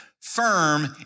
firm